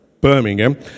Birmingham